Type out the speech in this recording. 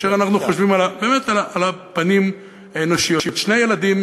כאשר אנחנו חושבים באמת על הפנים האנושיות: שני ילדים